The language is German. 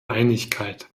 einigkeit